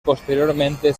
posteriormente